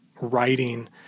writing